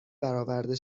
برآورده